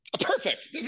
perfect